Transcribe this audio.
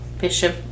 Bishop